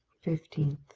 fifteen.